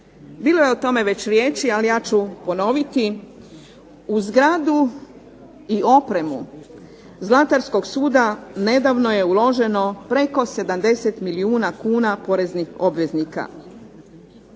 Bilo je o tome već riječi, ali ja ću ponoviti, u zgradu i opremu zlatarskog suda nedavno je uloženo preko 70 milijuna kuna poreznih obveznika.